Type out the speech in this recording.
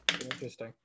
Interesting